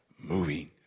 moving